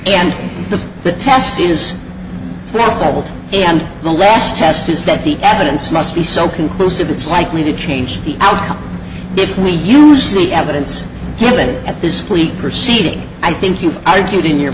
and the test is your fault and the last test is that the evidence must be so conclusive it's likely to change the outcome if we usually evidence given at this fleet perceiving i think you've argued in your